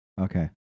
Okay